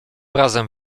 razem